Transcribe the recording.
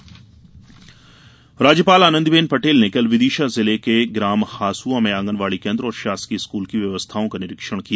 राज्यपाल राज्यपाल आनंदीबेन पटेल ने कल विदिशा जिले के ग्राम हासुआ में आँगनवाड़ी केन्द्र और शासकीय स्कूल की व्यवस्थाओं का निरीक्षण किया